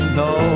no